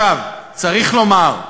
צריך לומר,